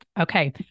Okay